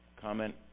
Comment